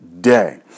day